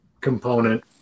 component